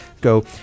go